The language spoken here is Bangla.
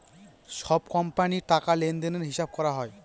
সব কোম্পানির টাকা লেনদেনের হিসাব করা হয়